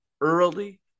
early